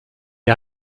est